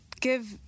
give